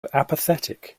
apathetic